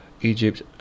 Egypt